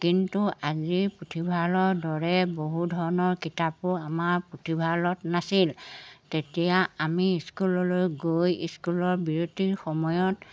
কিন্তু আজি পুথিভঁৰালৰ দৰে বহু ধৰণৰ কিতাপো আমাৰ পুথিভঁৰালত নাছিল তেতিয়া আমি স্কুললৈ গৈ স্কুলৰ বিৰতিৰ সময়ত